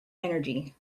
energy